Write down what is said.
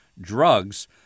Drugs